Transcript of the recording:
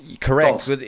Correct